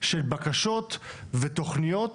של בקשות ותוכניות.